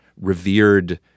revered